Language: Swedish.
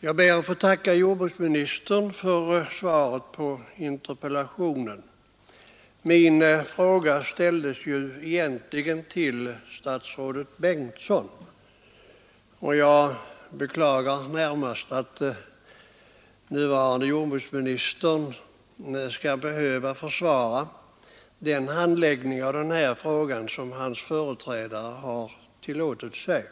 Jag ber att få tacka jordbruksministern för svaret på interpellationen. Min fråga ställdes ju egentligen till statsrådet Bengtsson, och jag beklagar närmast att nuvarande jordbruksministern skall behöva försvara den handläggning av den här frågan som hans företrädare har tillåtit sig.